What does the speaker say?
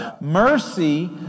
Mercy